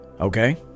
okay